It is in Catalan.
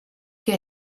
que